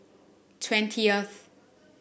twentieth